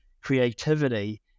creativity